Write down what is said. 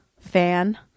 Fan